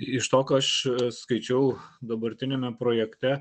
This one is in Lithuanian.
iš to ką aš skaičiau dabartiniame projekte